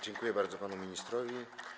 Dziękuję bardzo panu ministrowi.